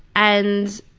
and,